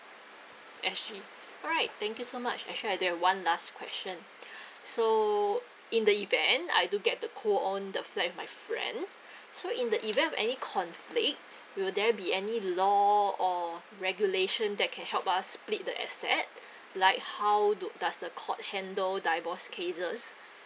S G alright thank you so much actually I do have one last question so in the event I do get to co own the flat with my friend so in the event of any conflict will there be any law or regulation that can help us split the asset like how you do does the court handle divorce cases